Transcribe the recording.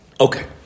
Okay